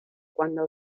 cuando